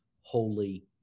holy